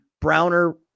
Browner